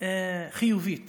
חיובית